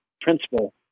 principle